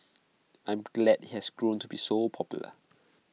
I am glad IT has grown to be so popular